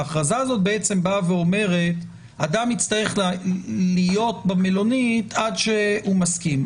ההכרזה הזאת באה ואומרת שאדם יצטרך להיות במלונית עד שהוא מסכים.